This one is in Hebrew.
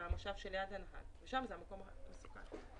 במושב שליד הנהג ושם זה המקום הכי מסוכן.